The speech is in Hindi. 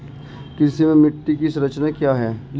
कृषि में मिट्टी की संरचना क्या है?